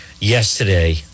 yesterday